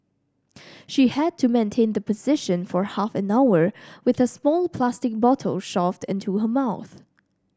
she had to maintain the position for half an hour with a small plastic bottle shoved into her mouth